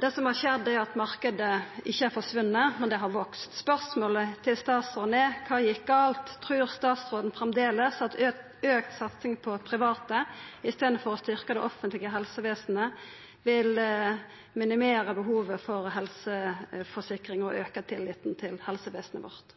Det som har skjedd, er at marknaden ikkje har forsvunne, men han har vakse. Spørsmålet til statsråden er: Kva gjekk galt? Trur statsråden framleis at auka satsing på private i staden for å styrkja det offentlege helsevesenet vil minimera behovet for helseforsikringar og auka tilliten til helsevesenet vårt?